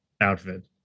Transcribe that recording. outfit